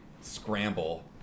scramble